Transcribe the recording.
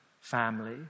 family